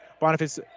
Boniface